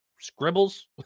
scribbles